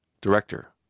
Director